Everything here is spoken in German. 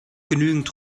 genügend